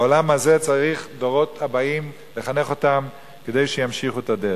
בעולם הזה צריך לחנך את הדורות הבאים כדי שימשיכו את הדרך.